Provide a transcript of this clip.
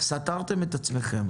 סתרתם את עצמכם.